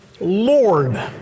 Lord